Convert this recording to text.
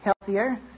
healthier